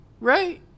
right